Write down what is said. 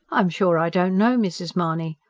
i'm sure i don't know, mrs. mahony.